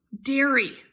dairy